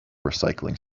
recycling